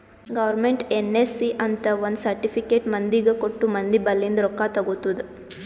government NSC ಅಂತ್ ಒಂದ್ certificate ಮಂದಿಗ ಕೊಟ್ಟು ಮಂದಿ ಬಲ್ಲಿಂದ್ ರೊಕ್ಕಾ ತಗೊತ್ತುದ್